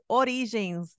origens